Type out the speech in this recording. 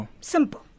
simple